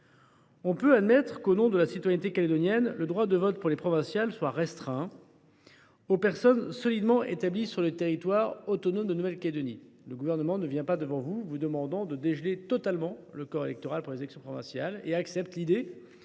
On peut admettre qu’au nom de la citoyenneté calédonienne le droit de vote pour les élections provinciales soit restreint aux personnes solidement établies sur le territoire autonome de Nouvelle Calédonie. Mesdames, messieurs les sénateurs, le Gouvernement ne vient pas vous demander de dégeler totalement le corps électoral pour les élections provinciales ; il accepte l’idée